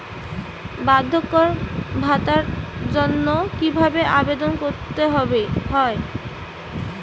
বার্ধক্য ভাতার জন্য কিভাবে আবেদন করতে হয়?